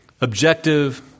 objective